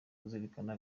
kuzirikana